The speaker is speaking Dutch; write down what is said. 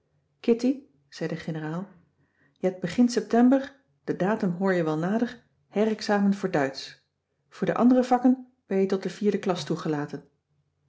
kitty zei de generaal je hebt begin september den datum hoor je wel nader her-examen voor duitsch voor de andere vakken ben je tot de vierde klas toegelaten